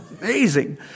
Amazing